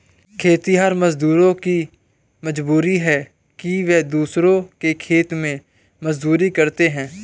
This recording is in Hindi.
खेतिहर मजदूरों की मजबूरी है कि वे दूसरों के खेत में मजदूरी करते हैं